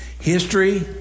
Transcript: History